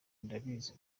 ndabizi